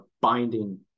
binding